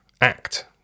act